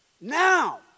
now